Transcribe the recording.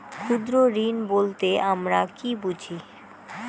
ক্ষুদ্র ঋণ বলতে আমরা কি বুঝি?